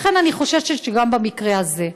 לכן אני חוששת שגם במקרה הזה.